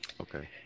Okay